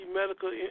medical